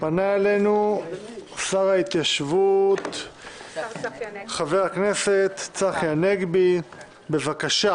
פנה אלינו שר ההתיישבות חבר הכנסת צחי הנגבי בבקשה